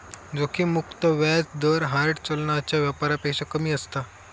जोखिम मुक्त व्याज दर हार्ड चलनाच्या व्यापारापेक्षा कमी असता